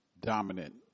dominant